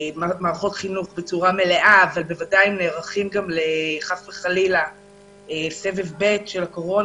מערכות חינוך בצורה מלאה אבל בוודאי נערכים גם לסבב ב' של הקורונה,